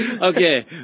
Okay